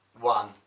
one